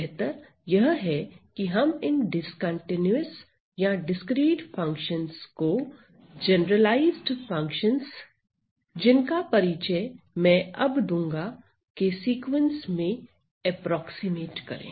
बेहतर यह है कि हम इन डिस्कंटीन्यूअस या डिस्क्रीट फंक्शनस को जनरलाइज्ड फंक्शनस जिनका परिचय में अब दूंगा के सीक्वेंस में एप्रोक्सीमेट करें